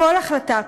כל החלטה,